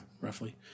Roughly